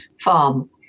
farm